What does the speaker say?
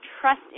trust